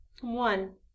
One